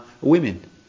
women